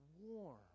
warm